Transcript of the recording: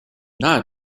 nahe